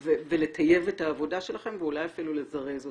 ולטייב את העבודה שלכם ואולי אפילו לזרז אותה,